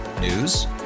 News